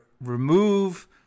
remove